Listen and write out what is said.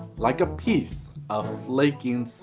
like a piece of flaking